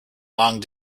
long